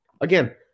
Again